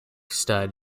stud